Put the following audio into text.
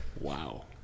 Wow